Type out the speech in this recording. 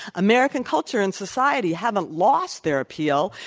american culture and society haven't lost their appeal.